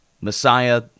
Messiah